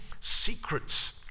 secrets